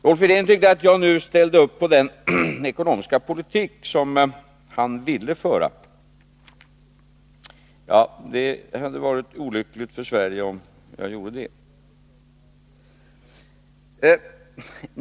Rolf Wirtén tyckte att jag nu ställde upp på den ekonomiska politik som han ville föra. Det skulle vara olyckligt för Sverige om jag gjorde det.